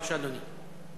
בבקשה, אדוני.